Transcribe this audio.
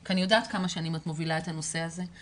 כי אני יודעת כמה שנים את מובילה את הנושא הזה,